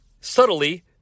subtly